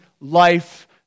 life